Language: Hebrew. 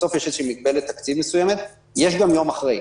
בסוף יש איזה מגבלת תקציב מסוימת ויש גם יום אחרי.